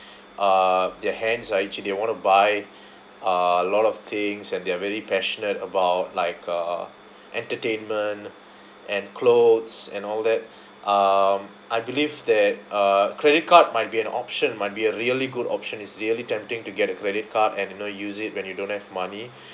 uh their hands are itchy they want to buy a lot of things and they're very passionate about like uh entertainment and clothes and all that um I believe that uh credit card might be an option might be a really good option is really tempting to get a credit card and you know use it when you don't have money